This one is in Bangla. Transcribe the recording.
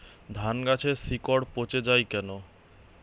ধানগাছের শিকড় পচে য়ায় কেন?